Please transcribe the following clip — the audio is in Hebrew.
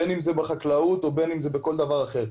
בין אם זה בחקלאות או בכל דבר אחר,